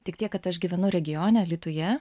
tik tiek kad aš gyvenu regione alytuje